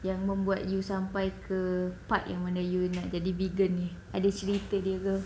yang membuat you sampai ke part yang mana you nak jadi vegan ni ada cerita dia ke